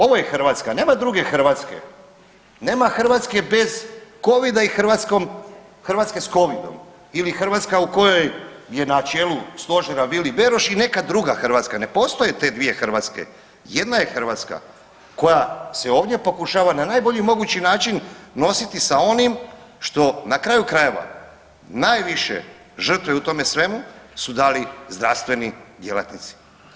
Ovo je Hrvatska, nema druge Hrvatske, nema Hrvatske bez covida i Hrvatske s covidom ili Hrvatska u kojoj je na čelu stožera Vili Beroš i neka druga Hrvatska, ne postoje te dvije Hrvatske, jedna je Hrvatska koja se ovdje pokušava na najbolji mogući način nositi sa onim što, na kraju krajeva najviše žrtve u tome svemu su dali zdravstveni djelatnici.